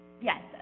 Yes